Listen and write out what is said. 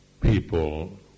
people